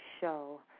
show